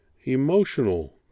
emotional